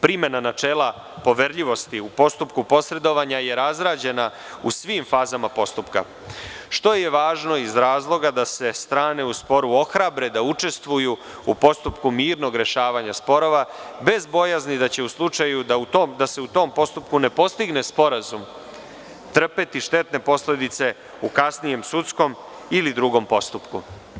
Primena načela poverljivosti u postupku posredovanja je razrađena u svim fazama postupka, što je važno iz razloga da se strane u sporu ohrabre da učestvuju u postupku mirnog rešavanja sporova, bez bojazni da će u slučaju da se u tom postupku ne postigne sporazum, trpeti štetne posledice u kasnijem sudskom ili drugom postupku.